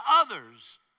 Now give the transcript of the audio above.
others